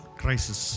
crisis